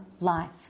life